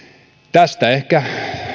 tästä ehkä